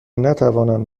نتوانند